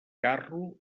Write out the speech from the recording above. carro